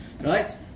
right